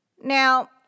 Now